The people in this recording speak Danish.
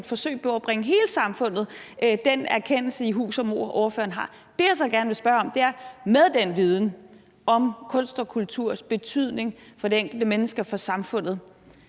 forsøg på at bringe hele samfundet den erkendelse i hus, som ordføreren har. Det, jeg så gerne vil spørge om, er: Med den viden om kunst og kulturs betydning for det enkelte menneske og for samfundet